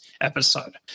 episode